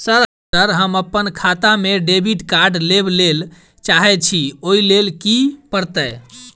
Sir हम अप्पन खाता मे डेबिट कार्ड लेबलेल चाहे छी ओई लेल की परतै?